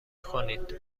کنید